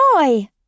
joy